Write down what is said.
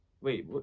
Wait